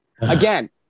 again